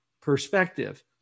perspective